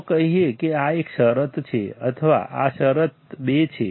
ચાલો કહીએ કે આ એક શરત છે આ શરત બે છે